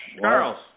Charles